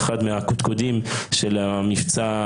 אחד מהקודקודים של המבצע